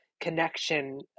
connection